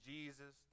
Jesus